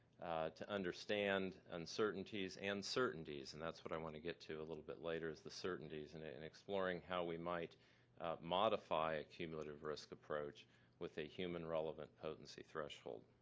to understand uncertainties and certainties. and that's what i want to get to a little bit later is the certainties and and exploring how we might modify a cumulative risk approach with a human relevant potency threshold.